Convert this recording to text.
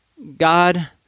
God